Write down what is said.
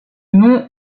nom